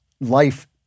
life